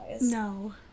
no